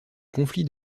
conflits